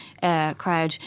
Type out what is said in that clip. crowd